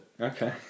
Okay